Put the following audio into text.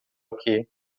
aqui